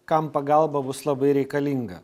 kam pagalba bus labai reikalinga